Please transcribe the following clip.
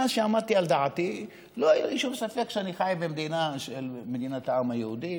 מאז שעמדתי על דעתי לא היה לי שום ספק שאני חי במדינת העם היהודי,